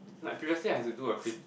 like previously I had to do a crit~